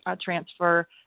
transfer